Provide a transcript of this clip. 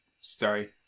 sorry